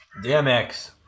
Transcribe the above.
DMX